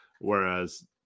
Whereas